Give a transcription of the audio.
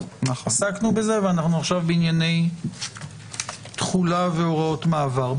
עסקנו בזה ואנחנו עכשיו בענייני תחולה והוראות מעבר.